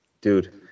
Dude